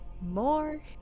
more